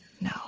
No